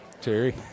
Terry